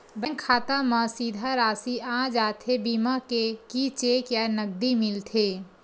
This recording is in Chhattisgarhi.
बैंक खाता मा सीधा राशि आ जाथे बीमा के कि चेक या नकदी मिलथे?